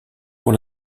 pour